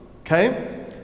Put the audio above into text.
Okay